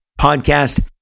podcast